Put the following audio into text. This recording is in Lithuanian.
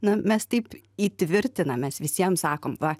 na mes taip įtvirtinam mes visiem sakom va